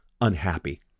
unhappy